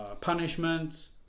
punishments